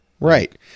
Right